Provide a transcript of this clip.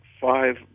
five